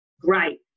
great